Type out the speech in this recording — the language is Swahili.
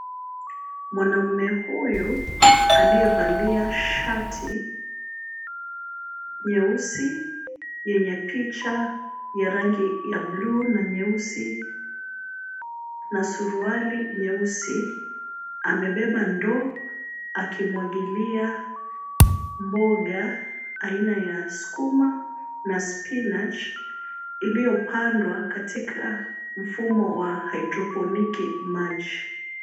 Mwanamme huyu aliyevalia shati nyeusi yenye picha ya rangi ya blu na nyeusi na suruali nyeusi amebeba ndoo akimwagilia mboga aina ya sukuma na spinach iliyopandwa katika mfumo wa haidroponiki maji